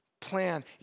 plan